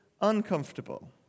uncomfortable